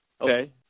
Okay